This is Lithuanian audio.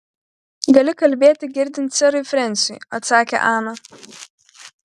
gali kalbėti girdint serui frensiui atsakė ana